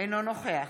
אינו נוכח